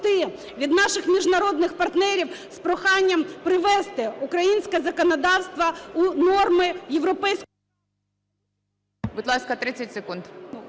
будь ласка, 30 секунд